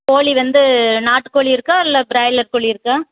கோழி வந்து நாட்டுக்கோழி இருக்கா இல்லை ப்ராய்லர் கோழி இருக்கா